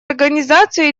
организацию